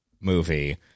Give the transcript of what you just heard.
movie